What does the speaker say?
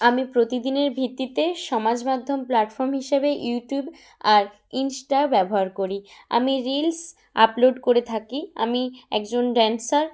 আমি প্রতিদিনের ভিত্তিতে সমাজ মাধ্যম প্ল্যাটফর্ম হিসেবে ইউটিউব আর ইন্সটা ব্যবহার করি আমি রিলস আপলোড করে থাকি আমি একজন ড্যান্সার